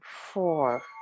four